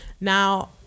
Now